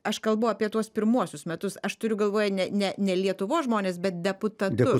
aš kalbu apie tuos pirmuosius metus aš turiu galvoje ne ne ne lietuvos žmones bet deputatus